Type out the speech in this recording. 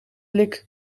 blik